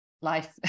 life